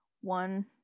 one